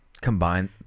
Combine